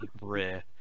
Rare